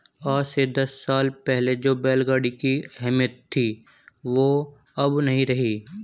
आज से दस साल पहले जो बैल गाड़ी की अहमियत थी वो अब नही रही